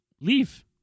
leave